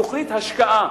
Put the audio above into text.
תוכנית השקעה,